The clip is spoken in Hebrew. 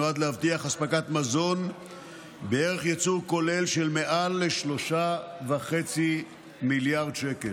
והוא נועד להבטיח אספקת מזון בערך ייצור כולל של מעל 3.5 מיליארד שקל.